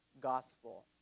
gospel